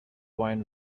wine